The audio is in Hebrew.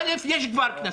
א', יש כבר קנסות.